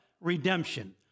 Redemption